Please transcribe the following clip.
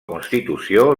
constitució